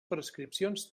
prescripcions